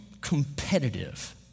competitive